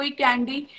candy